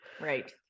Right